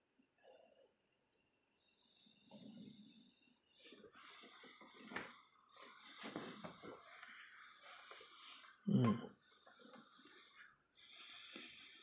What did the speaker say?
mm